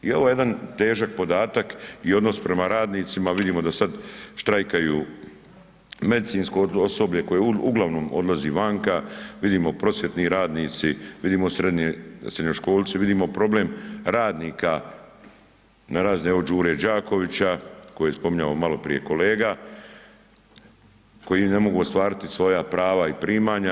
I ovo je jedan težak podatak i odnos prema radnicima, vidimo da sada štrajkaju medicinsko osoblje koje uglavnom odlazi vanka, vidimo prosvjetni radnici, vidimo srednjoškolci, vidimo problem radnika na razne evo Đure Đakovića kojeg je spominjao malo prije kolega koji ne mogu ostvariti svoja prava i primanja.